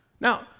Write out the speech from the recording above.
Now